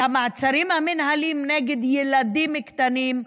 את המעצרים המינהליים נגד ילדים קטנים,